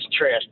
trash